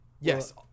yes